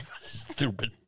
Stupid